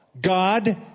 God